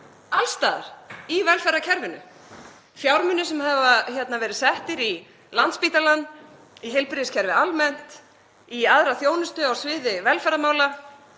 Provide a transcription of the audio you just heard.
alls staðar í velferðarkerfinu. Fjármunir sem hafa verið settir í Landspítalann, í heilbrigðiskerfið almennt, í aðra þjónustu á sviði velferðarmála,